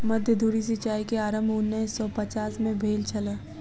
मध्य धुरी सिचाई के आरम्भ उन्नैस सौ पचास में भेल छल